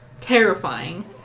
Terrifying